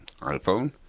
iPhone